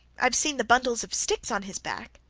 i have seen the bundle of sticks on his back